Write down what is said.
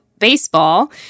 baseball